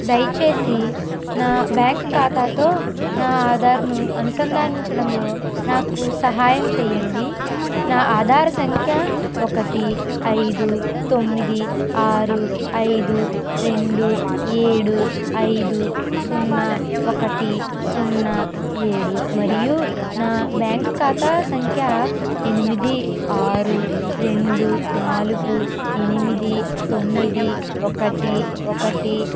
దయచేసి నా బ్యాంకు ఖాతాతో నా ఆధార్ను అనుసంధానించడంలో నాకు సహాయం చెయ్యండి నా ఆధార సంఖ్య ఒకటి ఐదు తొమ్మిది ఆరు ఐదు రెండు ఏడు ఐదు సున్నా ఒకటి సున్నా ఏడు మరియు నా బ్యాంకు ఖాతా సంఖ్య ఎనిమిది ఆరు రెండు నాలుగు ఎనిమిది తొమ్మిది ఒకటి ఒకటి